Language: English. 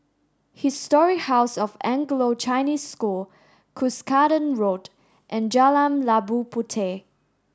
Historic House of Anglo Chinese School Cuscaden Road and Jalan Labu Puteh